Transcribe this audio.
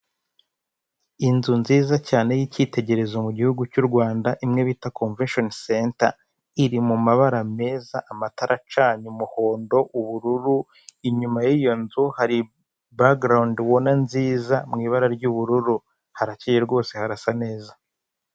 Inzu nziza cyane y'icyitegererezo mu gihugu cy'u Rwanda imwe bita comvesheni senta, iri mu mabara meza amatara acanye umuhondo, ubururu. Inyuma y'iyo nzu hari bagarawundi ubona nziza mu ibara ry'ubururu harakeye rwose harasa neza.